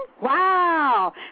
Wow